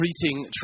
Treating